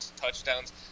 touchdowns